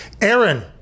Aaron